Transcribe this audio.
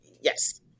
Yes